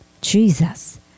Jesus